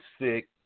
sick